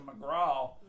McGraw